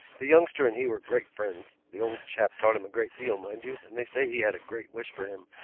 the youngster and he were great friends. the old chap taught him a great deal, mind you and they say he had a great wish for him.